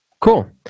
Cool